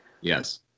Yes